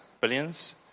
Billions